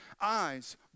eyes